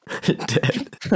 dead